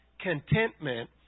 contentment